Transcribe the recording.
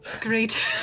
Great